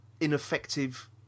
ineffective